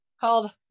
called